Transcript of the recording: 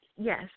Yes